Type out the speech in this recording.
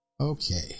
Okay